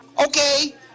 Okay